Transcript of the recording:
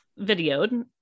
videoed